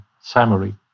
summary